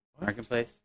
Marketplace